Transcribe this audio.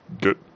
get